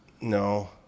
No